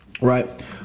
right